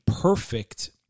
perfect